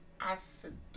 acid